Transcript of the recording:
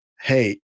hey